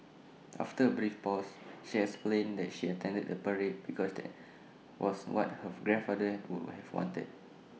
after A brief pause she explained that she attended the parade because that was what her grandfather would have wanted